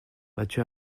battu